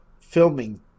filming